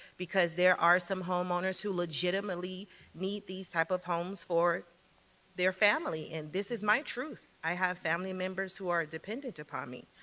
because there are some homeowners who legitimately need these type of homes for their family. and this is my truth. i have family members who are dependent upon me.